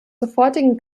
sofortigen